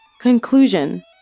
Conclusion